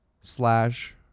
slash